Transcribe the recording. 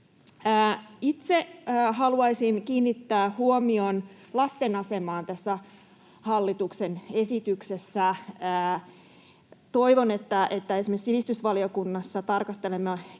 Itse haluaisin kiinnittää huomion lasten asemaan tässä hallituksen esityksessä. Toivon, että esimerkiksi sivistysvaliokunnassa tarkastelemme